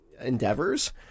endeavors